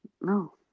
No